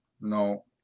No